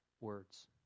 words